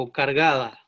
cargada